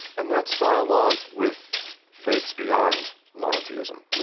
and that's dialogue with faiths beyond monotheism.